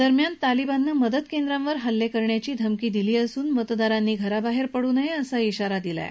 दरम्यान तालिबाननं मतदान केंद्रांवर हल्ले करण्याची धमकी दिली असून मतदारांनी घराबाहेर पडू नये असा इशारा दिला आहे